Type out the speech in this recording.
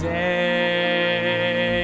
day